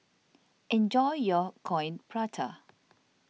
enjoy your Coin Prata